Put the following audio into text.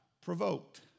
provoked